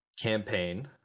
campaign